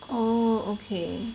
oh okay